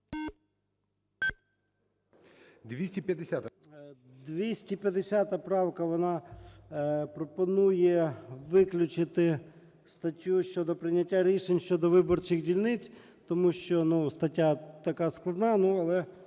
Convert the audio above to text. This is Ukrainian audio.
250 правка, вона пропонує виключити статтю щодо прийняття рішень щодо виборчих дільниць, тому що, ну, стаття така складна, ну,